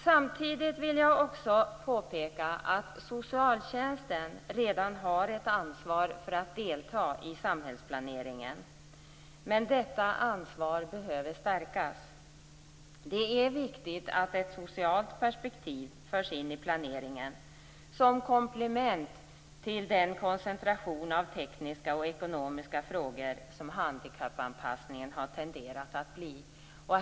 Samtidigt vill jag också påpeka att socialtjänsten redan har ett ansvar för att delta i samhällsplaneringen. Men detta ansvar behöver stärkas. Det är viktigt att ett socialt perspektiv förs in i planeringen som komplement till den koncentration av tekniska och ekonomiska frågor som handikappanpassningen har tenderat att bli.